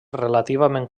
relativament